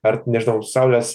ar nežinau saulės